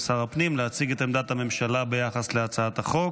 שר הפנים את עמדת הממשלה ביחס להצעת החוק.